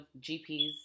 GPs